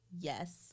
yes